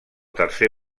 tercer